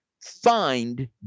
Find